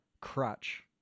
crutch